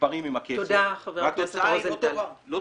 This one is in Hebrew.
מתפרעים עם הכסף והתוצאה של זה היא לא טובה.